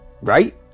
right